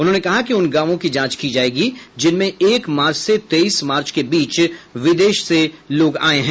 उन्होंने कहा कि उन गांवों की जांच की जाएगी जिनमें एक मार्च से तेईस मार्च के बीच विदेश से लोग आए हैं